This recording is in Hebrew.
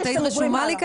את היית רשומה לזה,